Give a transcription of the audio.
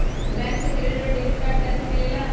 Bank से credit और debit card कैसी मिलेला?